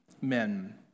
men